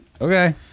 Okay